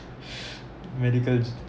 medical